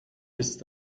ist